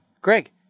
Greg